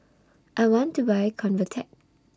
I want to Buy Convatec